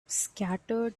scattered